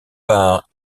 par